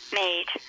made